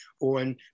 on